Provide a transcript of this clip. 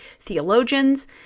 theologians